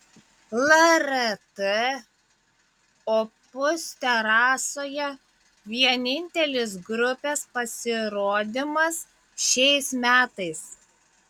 lrt opus terasoje vienintelis grupės pasirodymas šiais metais